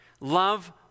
love